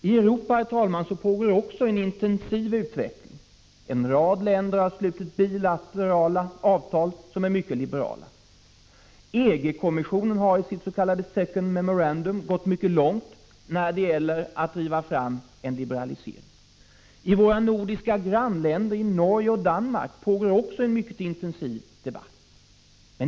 I Europa, herr talman, pågår också en intensiv utveckling. En rad länder har slutit bilaterala avtal, som är mycket liberala. EG-kommissionen har i sitt s.k. second memorandum gått mycket långt när det gäller att förorda en liberalisering. I våra nordiska grannländer Norge och Danmark pågår också en mycket intensiv debatt.